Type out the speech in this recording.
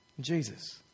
Jesus